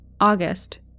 August